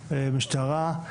המשטרה,